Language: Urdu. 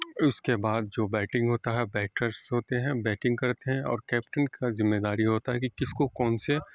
اور اس کے بعد جو بیٹنگ ہوتا ہے بیٹرس ہوتے ہیں بیٹنگ کرتے ہیں اور کیپٹن کا ذمے داری ہوتا ہے کہ کس کو کون سے